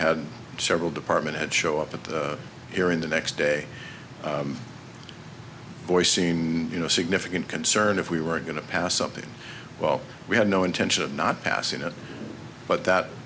had several department had show up at the hearing the next day boy seen you know significant concern if we were going to pass something while we had no intention of not passing it but that